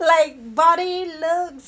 like body love